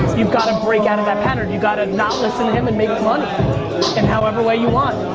you've gotta break out of that pattern, you've gotta not listen to him and make money in however way you want!